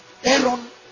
Aaron